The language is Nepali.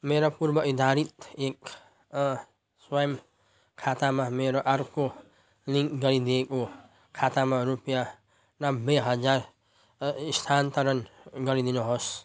मेरो पूर्वनिर्धारित एक खातामा मेरो अर्को लिङ्क गरिदिएको खातामा रुपियाँ नब्बे हजार स्थानान्तरण गरिदिनुहोस्